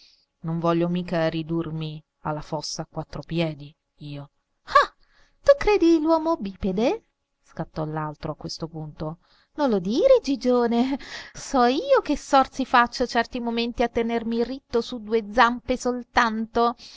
non voglio mica ridurmi alla fossa a quattro piedi io ah tu credi l'uomo bipede scattò l'altro a questo punto non lo dire gigione so io che sforzi faccio certi momenti a tenermi ritto su due zampe soltanto